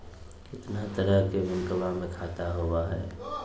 कितना तरह के बैंकवा में खाता होव हई?